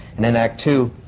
and in act two,